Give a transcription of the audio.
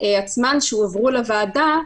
עצמם שהועברו בוועדה,